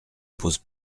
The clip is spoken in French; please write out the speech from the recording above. pose